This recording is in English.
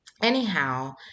Anyhow